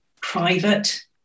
private